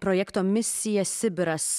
projekto misija sibiras